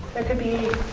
there could be